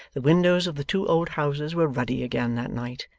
the windows of the two old houses were ruddy again, that night,